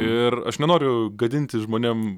ir aš nenoriu gadinti žmonėm